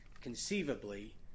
Conceivably